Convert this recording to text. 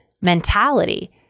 mentality